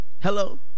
Hello